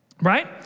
right